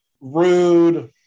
rude